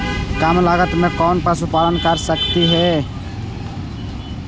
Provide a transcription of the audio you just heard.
कम लागत में कौन पशुपालन कर सकली हे?